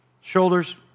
Shoulders